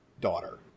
daughter